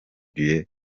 dieu